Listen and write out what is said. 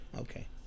okay